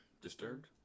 disturbed